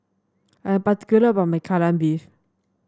I'm particular about my Kai Lan Beef